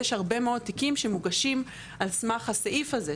יש הרבה מאוד תיקים שמוגשים על סמך הסעיף הזה,